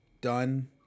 Done